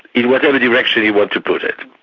in whatever direction you want to put it.